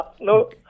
No